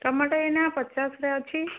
tomato ଏଇନା ପଚାଶରେ ଅଛି